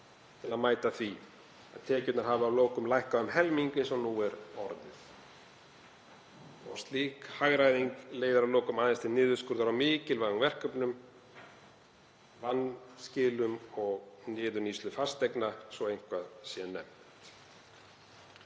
til að mæta því að tekjurnar hafi að lokum lækkað um helming eins og nú er orðið. Slík hagræðing leiðir að lokum aðeins til niðurskurðar á mikilvægum verkefnum, vanskilum og niðurníðslu fasteigna svo eitthvað sé nefnt.